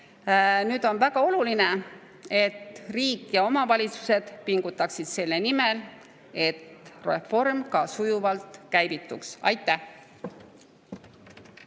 Nüüd on väga oluline, et riik ja omavalitsused pingutaksid selle nimel, et reform sujuvalt ka käivituks. Aitäh!